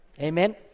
Amen